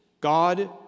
God